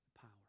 power